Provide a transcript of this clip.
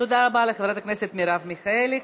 תודה רבה לחברת הכנסת מרב מיכאלי.